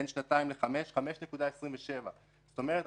בין שנתיים לחמש 5.27%. זאת אומרת,